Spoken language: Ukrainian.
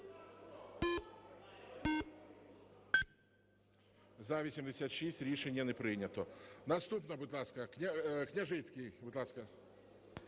За-86 Рішення не прийнято. Наступна, будь ласка. Княжицький, будь ласка.